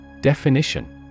Definition